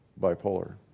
Bipolar